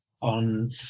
on